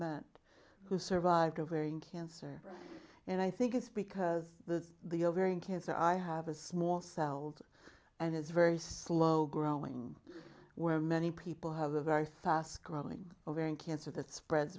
met who survived ovarian cancer and i think it's because the the ovarian cancer i have a small celled and it's very slow growing where many people have a very fast growing ovarian cancer that spreads